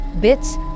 bits